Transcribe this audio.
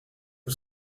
het